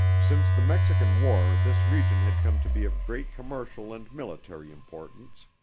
since the mexican war this region had come to be of great commercial and military importance.